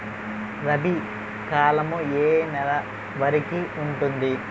రబీ కాలం ఏ ఏ నెల వరికి ఉంటుంది?